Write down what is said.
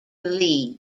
leigh